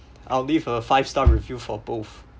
I'll leave a five star review for both